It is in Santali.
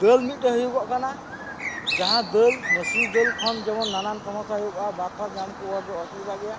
ᱫᱟᱹᱞ ᱢᱤᱫᱽᱴᱮᱱ ᱦᱩᱭᱩᱜᱚᱜ ᱠᱟᱱᱟ ᱡᱟᱦᱟᱸ ᱫᱟᱹᱞ ᱢᱟᱹᱥᱨᱤ ᱫᱟᱹᱞ ᱠᱷᱚᱱ ᱡᱮᱢᱚᱱ ᱱᱟᱱᱟᱱ ᱥᱚᱢᱚᱥᱥᱟ ᱦᱩᱭᱩᱜᱚᱜᱼᱟ ᱵᱟᱛᱼᱯᱷᱟᱛ ᱧᱟᱢ ᱠᱚᱣᱟ ᱦᱚᱲᱟᱜ ᱡᱚᱢ ᱫᱚ ᱚᱥᱩᱵᱤᱫᱷᱟ ᱜᱮᱭᱟ